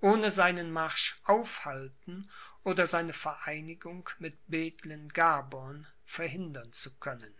ohne seinen marsch aufhalten oder seine vereinigung mit bethlen gaborn verhindern zu können